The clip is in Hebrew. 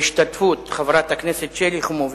בהשתתפות חברת הכנסת שלי יחימוביץ,